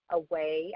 away